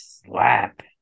Slap